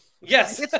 Yes